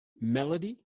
melody